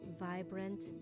Vibrant